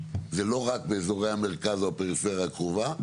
ולא רק באזורי המרכז או הפריפריה הקרובה,